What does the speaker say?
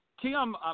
Tim –